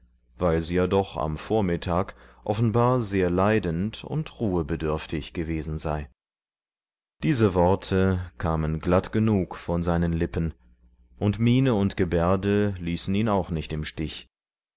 weil sie ja doch am vormittag offenbar sehr leidend und ruhebedürftig gewesen sei die worte kamen glatt genug von seinen lippen und miene und gebärde ließen ihn auch nicht im stich